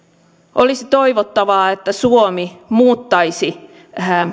olisi toivottavaa että suomi muuttaisi